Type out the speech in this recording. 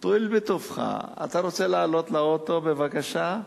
תואיל בטובך, אתה רוצה לעלות לאוטו בבקשה?